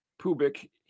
pubic